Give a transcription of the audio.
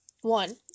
One